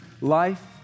life